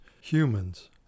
humans